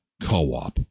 co-op